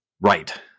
Right